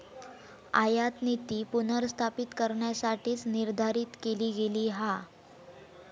आयातनीती पुनर्स्थापित करण्यासाठीच निर्धारित केली गेली हा